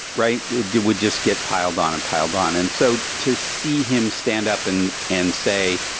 right? it would just get piled on and piled on. and so to see him stand up and and say,